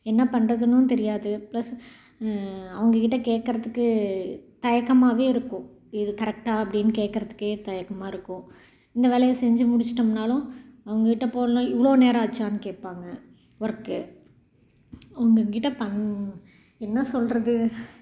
என்ன பண்றதுன்னும் தெரியாது ப்ளஸ் அவங்ககிட்ட கேட்கறதுக்கு தயக்கமாகவே இருக்கும் இது கரெக்டா அப்படின்னு கேட்குறதுக்கே தயக்கமாக இருக்கும் இந்த வேலையை செஞ்சு முடிச்சுட்டோம்னாலும் அவங்ககிட்ட போனால் இவ்வளோ நேரம் ஆச்சானு கேட்பாங்க ஒர்க்கு அவங்ககிட்ட பண் என்ன சொல்வது